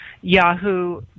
Yahoo